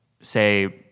say